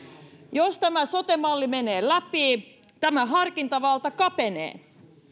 jos tämä sote malli menee läpi tämä harkintavalta kapenee